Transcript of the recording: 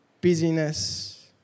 busyness